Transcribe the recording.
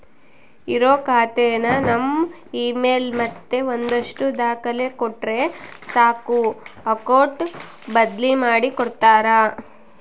ಇರೋ ಖಾತೆನ ನಮ್ ಇಮೇಲ್ ಮತ್ತೆ ಒಂದಷ್ಟು ದಾಖಲೆ ಕೊಟ್ರೆ ಸಾಕು ಅಕೌಟ್ ಬದ್ಲಿ ಮಾಡಿ ಕೊಡ್ತಾರ